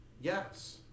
Yes